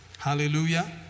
Hallelujah